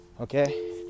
okay